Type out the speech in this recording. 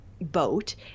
boat